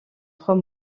trois